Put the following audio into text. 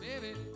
baby